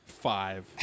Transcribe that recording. Five